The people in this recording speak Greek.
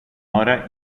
ώρα